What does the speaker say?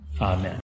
Amen